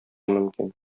мөмкин